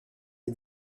est